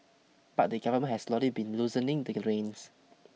but the government has slowly been loosening the reins